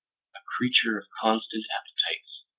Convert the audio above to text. a creature of constant appetites,